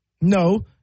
No